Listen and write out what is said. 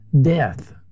death